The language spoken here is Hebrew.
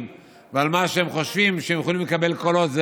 ואיך הם חושבים שהם יכולים לקבל קולות,